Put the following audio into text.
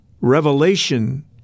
revelation